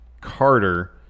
Carter